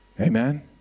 Amen